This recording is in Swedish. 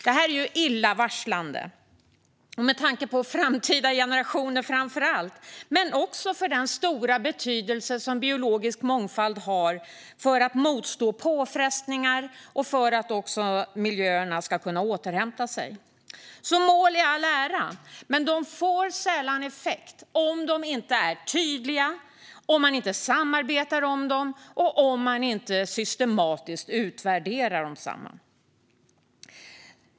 Detta är illavarslande, framför allt med tanke på framtida generationer men också för den stora betydelse som biologisk mångfald har för naturens möjlighet att motstå påfrestningar och återhämta sig. Mål i all ära, men de får sällan effekt om de inte är tydliga, om man inte samarbetar om dem och om man inte systematiskt utvärderar dem.